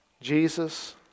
Jesus